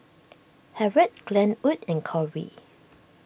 Harriett Glenwood and Corey